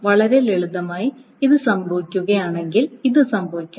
വളരെ ലളിതമായി ഇത് സംഭവിക്കുകയാണെങ്കിൽ ഇത് സംഭവിക്കണം